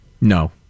No